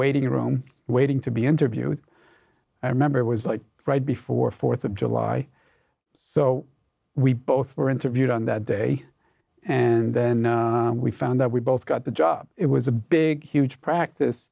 waiting room waiting to be interviewed i remember it was like right before fourth of july so we both were interviewed on that day and then we found that we both got the job it was a big huge practice